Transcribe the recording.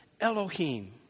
Elohim